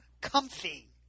comfy